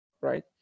right